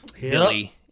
Billy